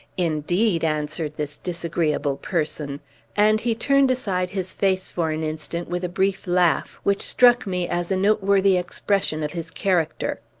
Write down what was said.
indeed! answered this disagreeable person and he turned aside his face for an instant with a brief laugh, which struck me as a noteworthy expression of his character.